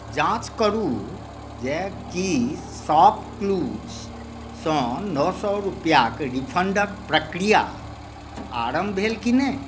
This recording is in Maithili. जाँच करू जे की शॉपक्लूजसँ नओ सए रुपैआक रिफण्डक प्रक्रिया आरम्भ भेल कि नहि